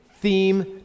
theme